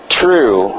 true